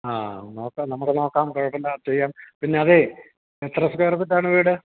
ആ നോക്കാം നമ്മള്ക്കു നോക്കാം പേടിക്കേണ്ട ചെയ്യാം പിന്നതേ എത്ര സ്ക്വയർ ഫീറ്റാണ് വീട്